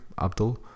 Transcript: Abdul